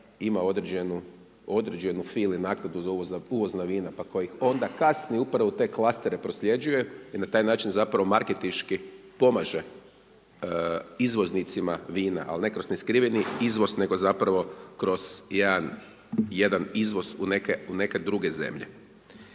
ima određenu fili naknadu za uvozna vina, pa koji onda kasnije, upravo u te klastere prosljeđuje jer na taj način, zapravo marketinški pomaže izvoznicima vina, ali ne kroz skriveni izvoz, nego zapravo, kroz jedan izvoz u neke druge zemlje.